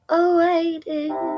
awaited